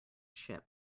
ship